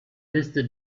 liste